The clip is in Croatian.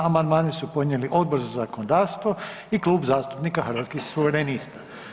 Amandmane su podnijeli Odbor za zakonodavstvo i Klub zastupnika Hrvatskih suverenista.